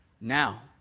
Now